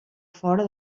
fora